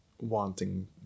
wanting